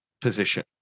position